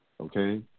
okay